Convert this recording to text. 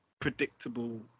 predictable